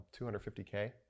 250k